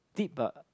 deep but